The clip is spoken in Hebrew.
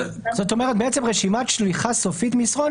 זאת אומרת בעצם 'רשימת שליחה סופית מסרון'